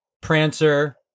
Prancer